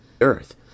Earth